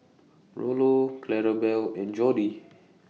Rollo Clarabelle and Jordi